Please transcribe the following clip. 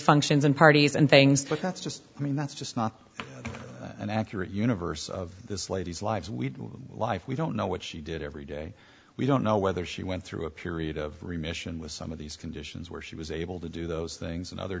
functions and parties and things but that's just i mean that's just not an accurate universe of this lady's lives we live we don't know what she did every day we don't know whether she went through a period of remission with some of these conditions where she was able to do those things and other